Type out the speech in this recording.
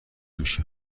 میشه